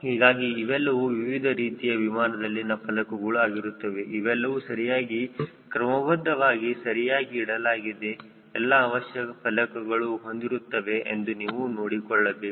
ಹೀಗಾಗಿ ಇವೆಲ್ಲವೂ ವಿವಿಧ ರೀತಿಯ ವಿಮಾನದಲ್ಲಿನ ಫಲಕಗಳು ಆಗಿರುತ್ತವೆ ಇವೆಲ್ಲವೂ ಸರಿಯಾಗಿ ಕ್ರಮಬದ್ಧವಾಗಿವೆ ಸರಿಯಾಗಿ ಇಡಲಾಗಿದೆ ಎಲ್ಲಾ ಅವಶ್ಯಕ ಫಲಕಗಳನ್ನು ಹೊಂದಿರುತ್ತೇವೆ ಎಂದು ನೀವು ನೋಡಿಕೊಳ್ಳಬೇಕು